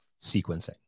sequencing